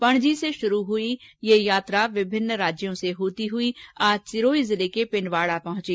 पणजी से शुरू हुई यह यात्रा विभिन्न राज्यों से होती हुई सिरोही जिले के पिण्डवाडा पहुंची